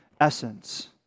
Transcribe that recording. essence